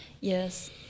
Yes